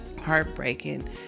heartbreaking